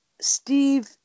Steve